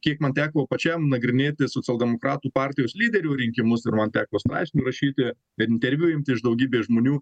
kiek man teko pačiam nagrinėti socialdemokratų partijos lyderio rinkimus ir man teko straipsnių rašyti interviu imti iš daugybės žmonių